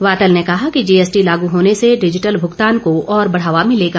वातल ने कहा कि जीएसटी लागू होने से डिजिटल भुगतान को और बढ़ावा मिलेगा